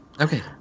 Okay